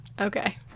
Okay